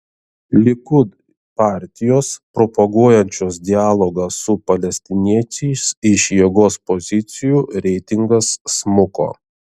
likud partijos propaguojančios dialogą su palestiniečiais iš jėgos pozicijų reitingas smuko